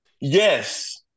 Yes